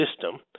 system –